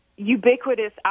Ubiquitous